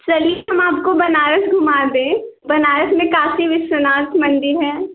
चलिए हम आपको बनारस घुमा दें बनारस में काशी विश्वनाथ मंदिर है